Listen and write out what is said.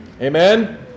Amen